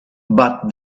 but